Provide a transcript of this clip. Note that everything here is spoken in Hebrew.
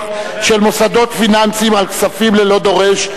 של מוסדות פיננסיים על כספים ללא דורש,